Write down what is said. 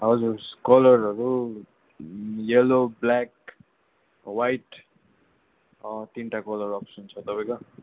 हजुर कलरहरू yellow black white तीनवटा कलर अप्सन छ तपाईँको